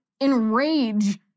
enrage